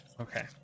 okay